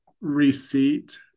receipt